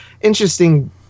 interesting